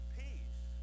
peace